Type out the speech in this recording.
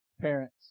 parents